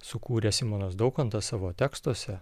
sukūrė simonas daukantas savo tekstuose